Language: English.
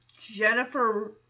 Jennifer